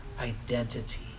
identity